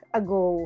ago